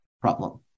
problem